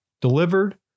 delivered